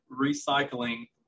recycling